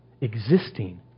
Existing